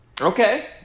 Okay